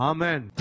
Amen